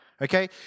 Okay